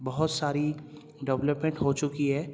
بہت ساری ڈولپمنٹ ہو چکی ہے